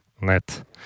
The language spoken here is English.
net